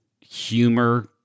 humor